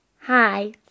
Hi